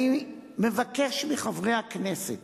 אני מבקש מחברי הכנסת